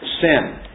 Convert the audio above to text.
sin